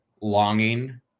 longing